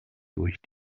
durch